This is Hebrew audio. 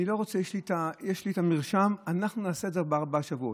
יש לי את המרשם, אנחנו נעשה את זה בארבעה שבועות.